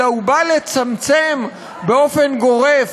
אלא הוא בא לצמצם באופן גורף,